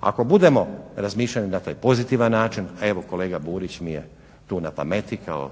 Ako budemo razmišljali na taj pozitivna načina, a evo kolega Burić mi je tu na pameti kao